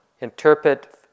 interpret